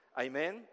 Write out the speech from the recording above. Amen